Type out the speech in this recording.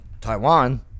Taiwan